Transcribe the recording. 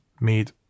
made